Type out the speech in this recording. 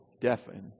deafened